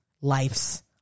life's